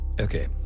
Okay